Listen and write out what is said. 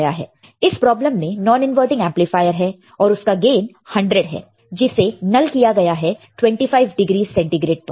यह प्रॉब्लम दिया गया है इस प्रॉब्लम में नॉन इनवर्टिंग एंपलीफायर है और उसका गेन 100 है जिसे नल किया गया है 25 डिग्री सेंटीग्रेड पर